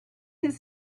his